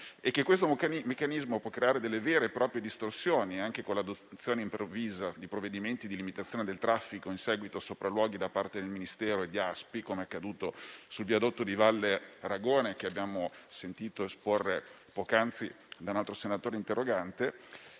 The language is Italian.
questo meccanismo può creare vere e proprie distorsioni, anche con l'adozione improvvisa di provvedimenti di limitazione del traffico in seguito a sopralluoghi da parte del Ministero e di Aspi (com'è accaduto nel caso del viadotto di Valle Ragone, che abbiamo sentito esporre poc'anzi da un altro senatore interrogante),